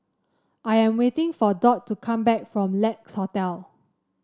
I am waiting for Dot to come back from Lex Hotel